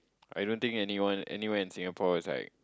I don't think anyone anywhere in Singapore is like